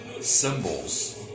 symbols